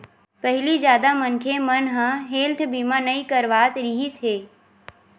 पहिली जादा मनखे मन ह हेल्थ बीमा नइ करवात रिहिस हे